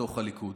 בתוך הליכוד.